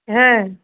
হ্যাঁ